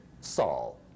Saul